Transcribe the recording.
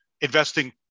investing